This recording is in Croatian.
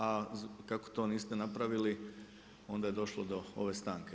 A kako to niste napravili onda je došlo do ove stanke.